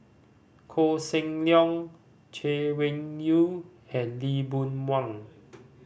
Koh Seng Leong Chay Weng Yew and Lee Boon Wang